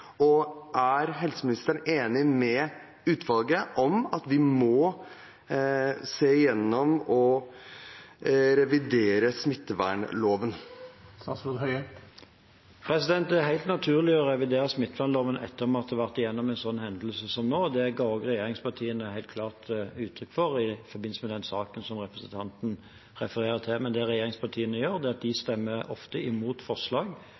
og er helseministeren enig med kommisjonen i at vi må se igjennom og revidere smittevernloven? Det er helt naturlig å revidere smittevernloven etter at vi har vært gjennom en hendelse som nå. Det ga regjeringspartiene helt klart uttrykk for i forbindelse med den saken som representanten refererer til. Men det regjeringspartiene gjør, er at de ofte stemmer imot forslag